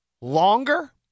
longer